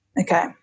Okay